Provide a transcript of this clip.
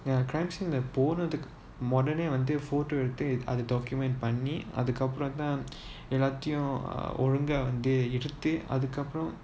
ya crime scene போனதுக்கு உடனே வந்து:ponathuku udane vanthu photo எடுத்து அத:eduthu atha document பண்ணி:panni